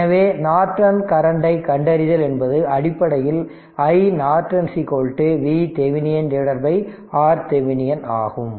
எனவே நார்டன் கரண்டை கண்டறிதல் என்பது அடிப்படையில் iNorton VThevenin RThevenin ஆகும்